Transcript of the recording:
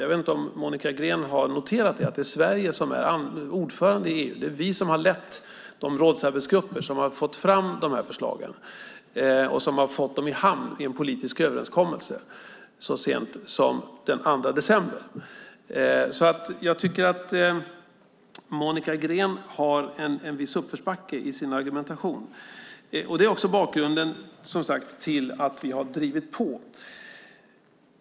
Jag vet inte om Monica Green har noterat att det är Sverige som är ordförande i EU, att det är vi som har lett de rådsarbetsgrupper som har fått fram de här förslagen och som har fått dem i hamn i en politisk överenskommelse så sent som den 2 december. Jag tycker att Monica Green har en viss uppförsbacke i sin argumentation. Det är också bakgrunden till att vi har drivit på.